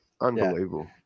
unbelievable